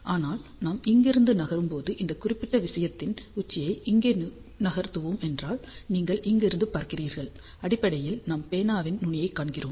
ஆனால் நாம் இங்கிருந்து நகரும்போது இந்த குறிப்பிட்ட விஷயத்தின் உச்சியை இங்கே நகர்த்துவோம் என்றால் நீங்கள் இங்கிருந்து பார்க்கிறீர்கள் அடிப்படையில் நாம் பேனாவின் நுனியைக் காண்கிறோம்